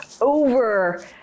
over